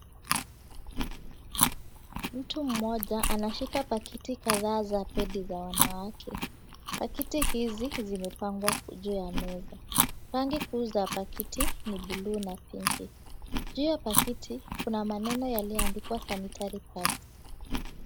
Mtu mmoja, anashika paketi kadhaa za pedi za wanawake. Pakiti hizi zimepangwa juu ya meza. Rangi kuu za pakiti ni buluu na pink . Juu ya pakiti kuna maneno yaliyoandikwa Sanitary Pads.